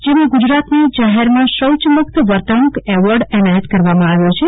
જેમાં ગુજરાતને જાહેરમાં શૌચમુક્ત વર્તણુંક એવોર્ડ એનાયત કરવામાં આવ્યો છે